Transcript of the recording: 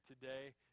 today